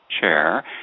chair